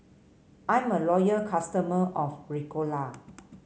I'm a loyal customer of Ricola